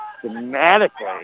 dramatically